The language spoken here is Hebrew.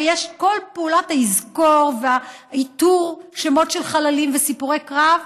וכל פעולת ה"יזכור" ואיתור שמות החללים וסיפורי קרב,